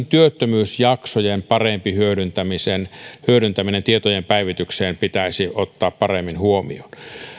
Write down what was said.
työttömyysjaksojen parempi hyödyntäminen hyödyntäminen tietojen päivityksessä pitäisi ottaa paremmin huomioon